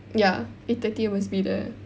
ya eight thirty must be there